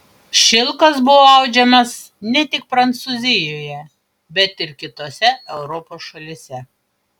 šilkas buvo audžiamas ne tik prancūzijoje bet ir kitose europos šalyse